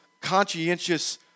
conscientious